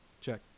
Check